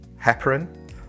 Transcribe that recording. heparin